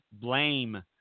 blame